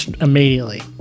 immediately